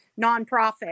nonprofit